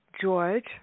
George